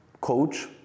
coach